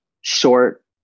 short